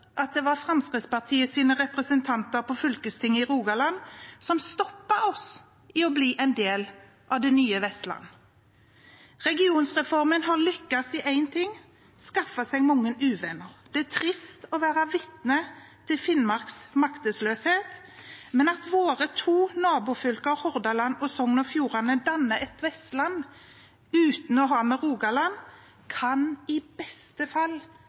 at det var Fremskrittspartiets representanter på fylkestinget i Rogaland som stoppet oss i å bli en del av det nye Vestland. Regionreformen har lykkes i én ting: å skaffe seg mange uvenner. Det er trist å være vitne til Finnmarks maktesløshet, men at våre to nabofylker Hordaland og Sogn og Fjordane danner et Vestland uten å ha med Rogaland, kan i beste fall